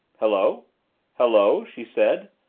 hello hello she said,